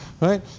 right